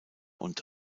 und